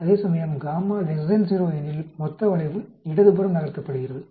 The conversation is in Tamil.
அதேசமயம் γ 0 எனில் மொத்த வளைவும் இடதுபுறம் நகர்த்தப்படுகிறது